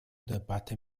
debatte